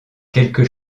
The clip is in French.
quelque